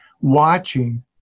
watching